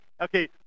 Okay